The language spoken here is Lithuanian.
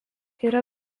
yra